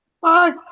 Bye